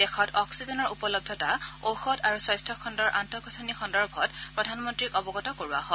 দেশত অক্সিজেনৰ উপলব্ধতা ঔষধ আৰু স্বাস্থ্যখণ্ডৰ আন্তঃগাথনি সন্দৰ্ভত প্ৰধানমন্ত্ৰীক অৱগত কৰোৱা হয়